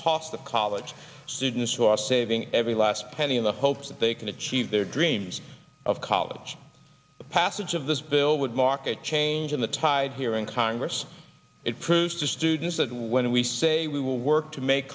cost of college students who are saving every last penny in the hopes that they can achieve their dreams of college passage of this bill would mark a change in the tide here in congress it proved to students that when we say we will work to make